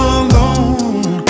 alone